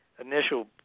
Initial